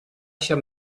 shall